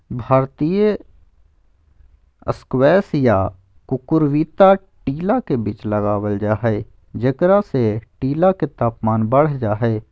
भारतीय स्क्वैश या कुकुरविता टीला के बीच लगावल जा हई, जेकरा से टीला के तापमान बढ़ जा हई